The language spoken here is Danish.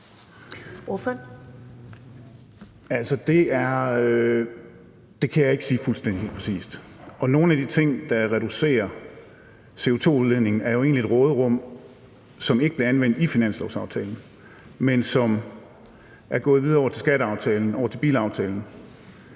Det kan jeg ikke sige fuldstændig helt præcist, og nogle af de ting, der reducerer CO2-udledningen, er jo egentlig fra et råderum, som ikke bliver anvendt i finanslovsaftalen, men som er gået videre over til skatteaftalen, over til bilaftalen,